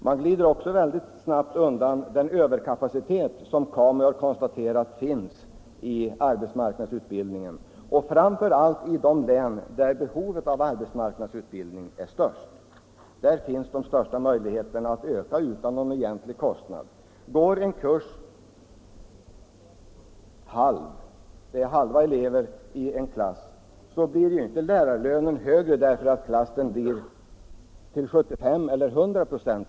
Man glider också mycket snabbt 2 undan den överkapacitet som KAMU konstaterat finns i arbetsmarknadsutbildningen, framför allt i de län där behovet av arbetsmarknadsutbildning är störst. Där finns också de största möjligheterna att öka utbildningen utan att det medför någon egentlig kostnadsökning. Om en klass är bara halvbesatt, blir lärarlönerna inte högre därför att klassen fylls till 75 eller 100 96.